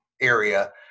area